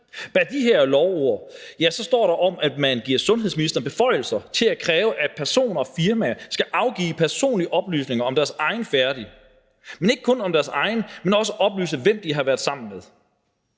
ord i loven står der, at man giver sundhedsministeren beføjelser til at kræve, at personer og firmaer skal afgive personlige oplysninger om deres egen færden, men ikke kun om det, men også oplyse, hvem de har været sammen med.